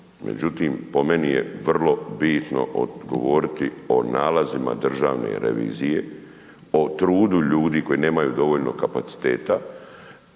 Međutim, po meni je vrlo bitno odgovoriti o nalazima Državne revizije, o trudu ljudi koji nemaju dovoljno kapaciteta.